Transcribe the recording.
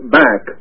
back